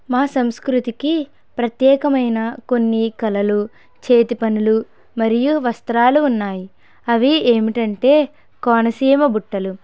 మా సంస్కృతికి ప్రత్యేకమైన కొన్ని కళలు చేతి పనులు మరియు వస్త్రాలు ఉన్నాయి అవి ఏమిటంటే కోనసీమ బుట్టలు